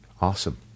Awesome